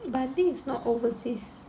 but I think it's not overseas